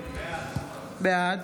בעד